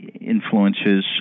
Influences